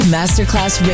Masterclass